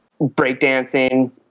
breakdancing